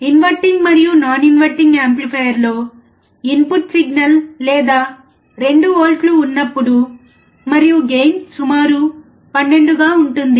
inverting మరియు non inverting amplifier లో input signal లేదా 2 వోల్ట్ల ఉన్నప్పుడు మరియు గెయిన్ సుమారు 12 గా ఉంటుంది